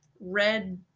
Red